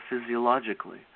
physiologically